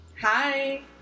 Hi